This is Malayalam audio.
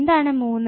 എന്താണ് 3